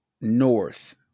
north